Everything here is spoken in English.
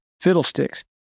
fiddlesticks